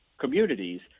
communities